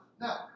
Now